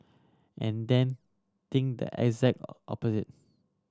and then think the exact opposites